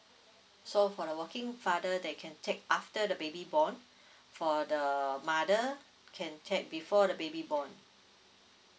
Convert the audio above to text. so for the working father they can take after the baby born for the mother can take before the baby born